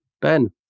Ben